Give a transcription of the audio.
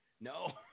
No